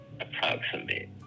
Approximate